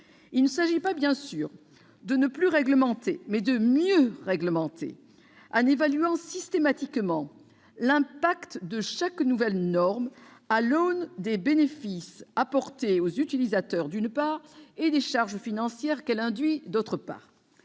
Il s'agit évidemment non pas de ne plus réglementer, mais de mieux réglementer, en évaluant systématiquement l'impact de chaque nouvelle norme à l'aune des bénéfices apportés aux utilisateurs et des charges financières induites.